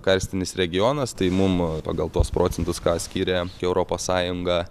karstinis regionas tai mum pagal tuos procentus ką skiria europos sąjunga